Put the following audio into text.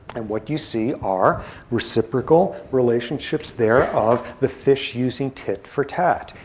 and what you see are reciprocal relationships there of the fish using tit for tat.